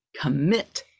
commit